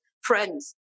friends